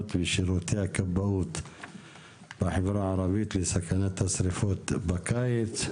ושירותי הכבאות בחברה הערבית לסכנת השריפות בקיץ.